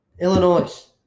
Illinois